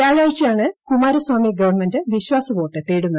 വൃാഴാഴ്ചയാണ് Kumaraswamy government വിശ്വാസവോട്ട് തേടുന്നത്